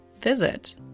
visit